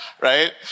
right